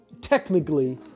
technically